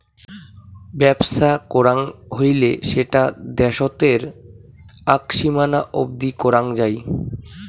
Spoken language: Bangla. বেপছা করাং হৈলে সেটা দ্যাশোতের আক সীমানা অবদি করাং যাই